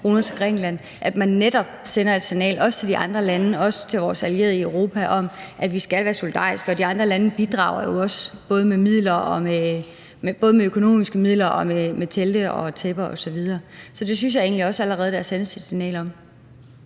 – netop også sender et signal til de andre lande og vores allierede i Europa om, at vi skal være solidariske. De andre lande bidrager jo også både med økonomiske midler og med telte og tæpper osv. Så det synes jeg egentlig også allerede der er sendt et signal om.